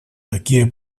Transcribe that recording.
такие